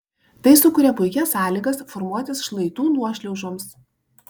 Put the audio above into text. tai sukuria puikias sąlygas formuotis šlaitų nuošliaužoms